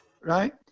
right